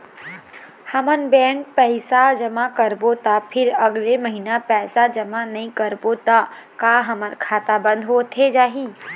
हमन बैंक पैसा जमा करबो ता फिर अगले महीना पैसा जमा नई करबो ता का हमर खाता बंद होथे जाही?